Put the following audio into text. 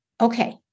Okay